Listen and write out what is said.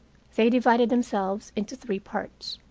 they divided themselves into three parts.